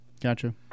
Gotcha